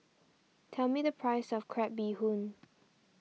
tell me the price of Crab Bee Hoon